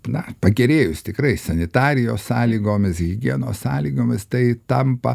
na pagerėjus tikrai sanitarijos sąlygomis higienos sąlygomis tai tampa